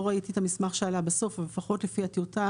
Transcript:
לא ראיתי את המסמך שעלה בסוף אבל לפחות לפי הטיוטה